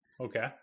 Okay